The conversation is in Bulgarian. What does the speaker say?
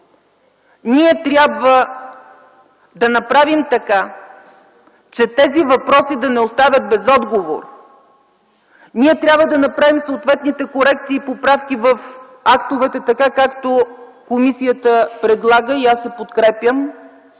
Ние трябва да направим така, че тези въпроси да не остават без отговор. Ние трябва да направим съответните корекции и поправки в актовете, така както комисията предлага – и аз я подкрепям,